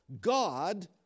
God